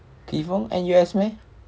kee fong N_U_S meh